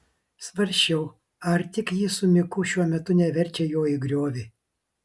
svarsčiau ar tik ji su miku šiuo metu neverčia jo į griovį